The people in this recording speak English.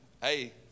hey